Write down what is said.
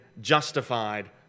justified